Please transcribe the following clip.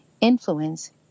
influence